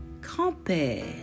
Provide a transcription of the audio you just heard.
Grand-père